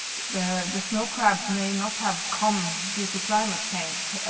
the the snow crab may not have come due to climate change.